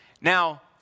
Now